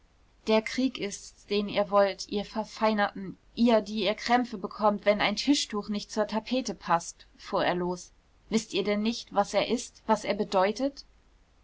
der krieg ist's den ihr wollt ihr verfeinerten ihr die ihr krämpfe bekommt wenn ein tischtuch nicht zur tapete paßt fuhr er los wißt ihr denn nicht was er ist was er bedeutet